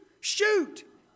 Shoot